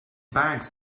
bags